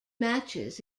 matches